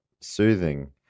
soothing